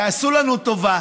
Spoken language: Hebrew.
תעשו לנו טובה,